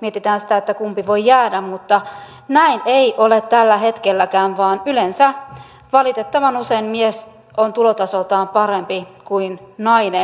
mietitään sitä kumpi voi jäädä mutta näin ei ole tällä hetkelläkään vaan yleensä valitettavan usein mies on tulotasoltaan parempi kuin nainen